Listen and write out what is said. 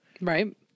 Right